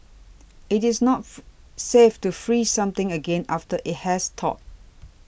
it is not safe to freeze something again after it has thawed